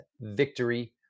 Victory